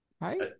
right